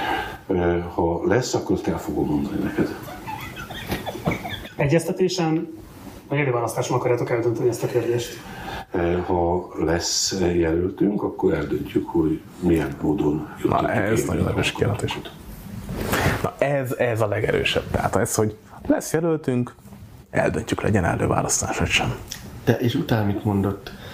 Ö, ha lesz, akkor azt el fogom mondani neked. Egyeztetésen vagy előválasztáson akarjátok eldönteni ezt a kérdést? Ö, ha lesz jelöltünk, akkor eldöntjük, hogy milyen módon jutott Na, el ez- ez a- nagyon erős kijelentés. Na, ez- ez a legerősebb. Tehát ez, hogy lesz jelöltünk, eldöntjük, legyen előválasztás vagy sem. De, és utána mit mondott?